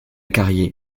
carrier